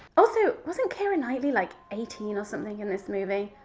also wasn't keira knightly like eighteen or something in this movie?